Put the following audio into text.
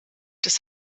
des